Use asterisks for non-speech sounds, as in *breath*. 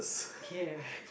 care *breath*